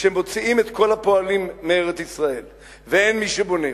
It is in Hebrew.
כשמוציאים את כל הפועלים מארץ-ישראל ואין מי שבונה,